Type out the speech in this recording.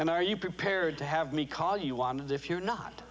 and are you prepared to have me call you want if you're not